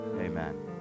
amen